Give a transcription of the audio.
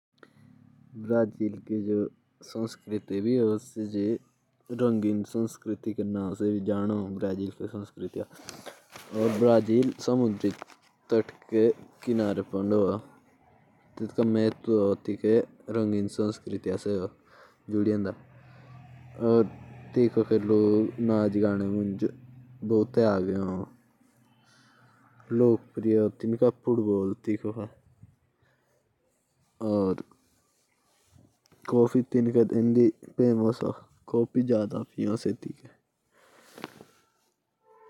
जो ब्रजील की संस्कृति है वह समुद्र तट के स्थित है और वह खेल कूद भी मनाए जाते हैं।